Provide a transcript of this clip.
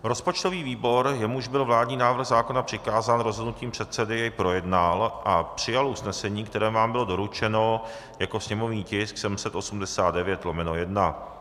Rozpočtový výbor, jemuž byl vládní návrh zákona přikázán rozhodnutím předsedy, projednal a přijal usnesení, které vám bylo doručeno jako sněmovní tisk 789/1.